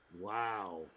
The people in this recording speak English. wow